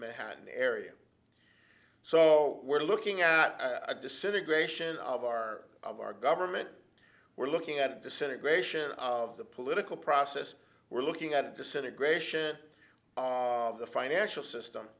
manhattan area so we're looking at i disagree gratian of our of our government we're looking at disintegration of the political process we're looking at a disintegration of the financial system